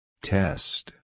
Test